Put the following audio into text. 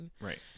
right